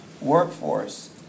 workforce